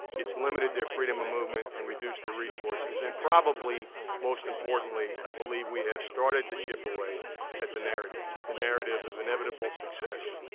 it's limited their freedom of ah movement, and reduced their resources. and, probably most importantly, i believe we have started to chip away at the narrative, the narrative of inevitable success.